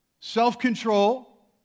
self-control